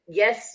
yes